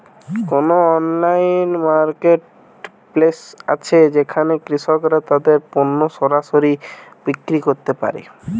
কোন online marketplace আছে যেখানে কৃষকরা তাদের পণ্য সরাসরি বিক্রি করতে পারে?